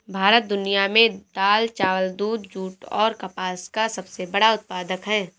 भारत दुनिया में दाल, चावल, दूध, जूट और कपास का सबसे बड़ा उत्पादक है